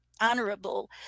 honorable